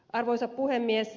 arvoisa puhemies